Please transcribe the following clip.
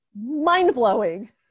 mind-blowing